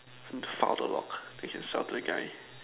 file the log so I can sell that to that guy